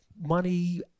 money